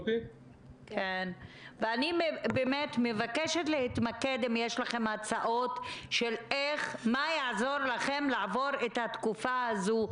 אני מבקשת להתמקד אם יש לכם הצעות מה יעזור לכם לעבור את התקופה הזו.